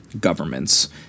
governments